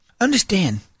Understand